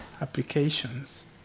applications